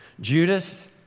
Judas